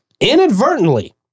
inadvertently